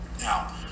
Now